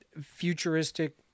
futuristic